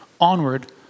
onward